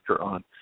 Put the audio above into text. on